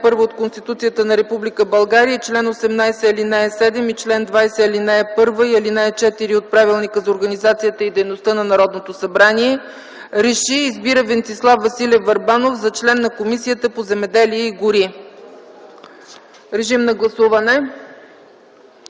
ал. 1 от Конституцията на Република България и чл. 18, ал. 7 и чл. 20, ал. 1 и ал. 4 от Правилника за организацията и дейността на Народното събрание, РЕШИ: Избира Венцислав Василев Върбанов за член на Комисията по земеделие и гори.” Моля, гласувайте.